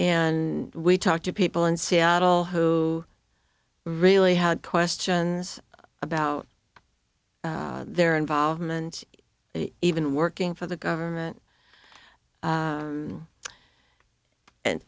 and we talked to people in seattle who really had questions about their involvement even working for the government